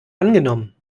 angenommen